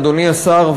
אדוני השר,